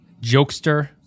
jokester